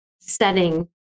setting